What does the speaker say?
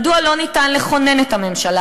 מדוע לא ניתן לכונן את הממשלה,